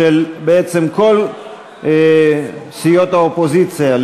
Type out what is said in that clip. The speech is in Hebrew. בעצם כל סיעות האופוזיציה,